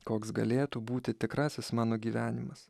koks galėtų būti tikrasis mano gyvenimas